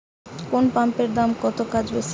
কোন পাম্পের দাম কম কাজ বেশি?